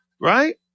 right